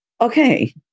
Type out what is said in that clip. Okay